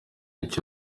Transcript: iki